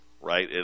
right